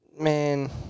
Man